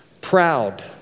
proud